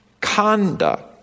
conduct